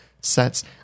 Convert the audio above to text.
sets